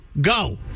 go